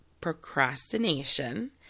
procrastination